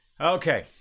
Okay